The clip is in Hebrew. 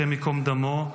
השם ייקום דמו,